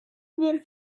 walked